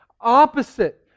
opposite